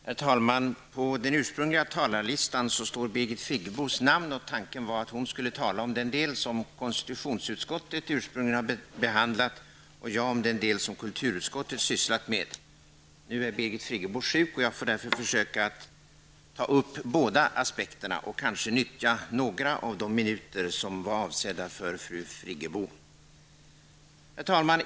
Herr talman! På den ursprungliga talarlistan står Birgit Friggebos namn. Tanken var att hon skulle tala om den del som konstitutionsutskottet ursprungligen har behandlat medan jag skulle ta upp den del som kulturutskottet har sysslat med. Nu är Birgit Friggebo sjuk och jag får därför försöka ta upp båda aspekterna och kanske nyttja några av de minuter som var avsedda för fru Herr talman!